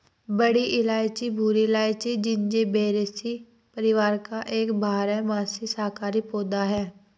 बड़ी इलायची भूरी इलायची, जिंजिबेरेसी परिवार का एक बारहमासी शाकाहारी पौधा है